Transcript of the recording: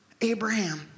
Abraham